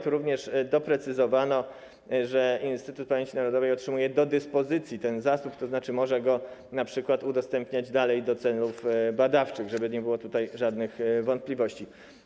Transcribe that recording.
Tu również doprecyzowano, że Instytut Pamięci Narodowej otrzymuje do dyspozycji ten zasób, tzn. może go np. udostępniać dalej do celów badawczych, żeby nie było żadnych wątpliwości.